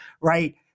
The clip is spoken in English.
right